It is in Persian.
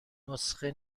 نسخه